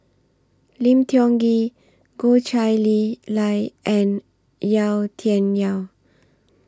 Lim Tiong Ghee Goh Chiew Lye and Yau Tian Yau